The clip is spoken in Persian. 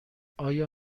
آیا